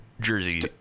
jersey